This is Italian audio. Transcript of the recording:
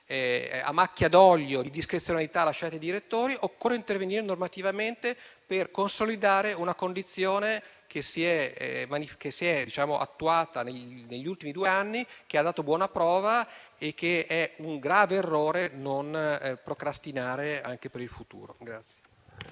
a macchia d'olio, di discrezionalità lasciata ai direttori, ma che occorra intervenire normativamente per consolidare una condizione che si è attuata negli ultimi due anni, che ha dato buona prova e che è un grave errore non prorogare anche per il futuro.